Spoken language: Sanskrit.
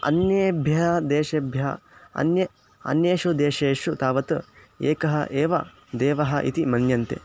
अन्येभ्यः देशेभ्य अन्ये अन्येषु देशेषु तावत् एकः एव देवः इति मन्यन्ते